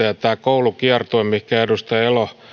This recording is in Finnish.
ja tämän koulukiertueen mihin edustaja elo